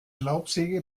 laubsäge